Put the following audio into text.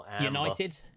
United